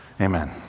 amen